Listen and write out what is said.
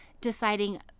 deciding